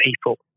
people